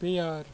بِیار